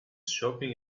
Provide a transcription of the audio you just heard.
shopping